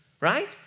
right